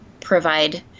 provide